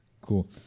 Cool